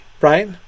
right